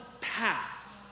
path